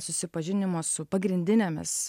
susipažinimas su pagrindinėmis